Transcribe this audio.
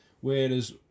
Whereas